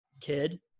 kid